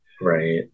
Right